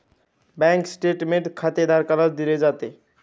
bank statement खातेधारकालाच दिले जाते